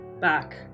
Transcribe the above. back